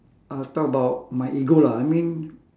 uh talk about my ego lah I mean